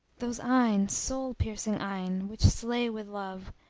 those eyne, soul piercing eyne, which slay with love,